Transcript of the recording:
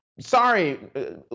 sorry